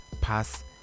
pass